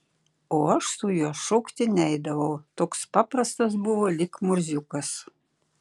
o aš su juo šokti neidavau toks paprastas buvo lyg murziukas